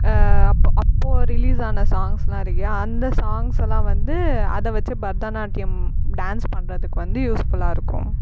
அப்போ அப்போ ரிலீஸ் ஆன சாங்ஸ்லாம் இருக்கும் அந்த சாங்ஸ்லாம் வந்து அதை வச்சு பரதநாட்டியம் டான்ஸ் பண்ணுறதுக்கு வந்து யூஸ் ஃபுல்லாக இருக்கும்